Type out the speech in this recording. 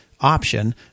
Option